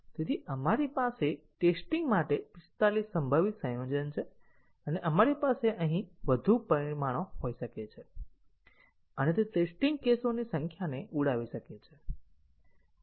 આપણી પાસે ટેસ્ટીંગ માટે 45 સંભવિત સંયોજન છે અને આપણી પાસે અહીં વધુ પરિમાણો હોઈ શકે છે અને તે ટેસ્ટીંગ કેસોની સંખ્યાને ઉડાવી શકે છે